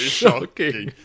shocking